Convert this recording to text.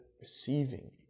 receiving